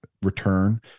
Return